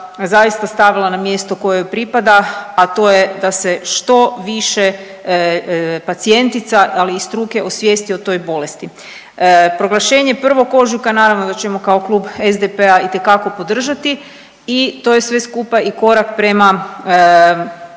zaista stavila na mjesto koje joj pripada, a to je da se što više pacijentica, ali i struke, osvijesti o toj bolesti. Proglašenje 1. ožujka, naravno da ćemo kao Klub SDP-a itekako podržati i to je sve skupa i korak prema